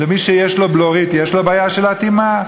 ומי שיש לו בלורית, יש בעיה של אטימה?